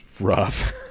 rough